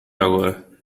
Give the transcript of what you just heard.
agora